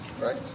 right